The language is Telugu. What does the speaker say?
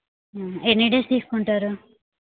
ఎన్ని డేస్ తీసుకుంటారు